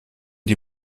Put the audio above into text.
die